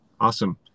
awesome